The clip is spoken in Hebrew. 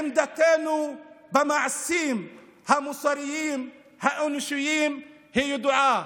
עמדתנו כלפי המעשים המוסריים, האנושיים היא ידועה.